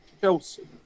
Chelsea